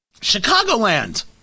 chicagoland